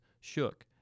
shook